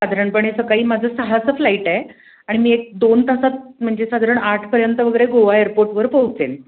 साधारणपणे सकाळी माझं सहाचं फ्लाईट आहे आणि मी एक दोन तासात म्हणजे साधारण आठपर्यंत वगैरे गोवा एअरपोर्टवर पोहोचेल